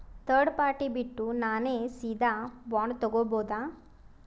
Third party ಬಿಟ್ಟು ನಾನೇ ಸೀದಾ ಬಾಂಡ್ ತೋಗೊಭೌದಾ?